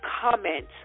comment